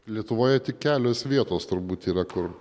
lietuvoje tik kelios vietos turbūt yra kur